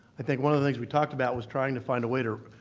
i think one of the things we talked about was trying to find a way to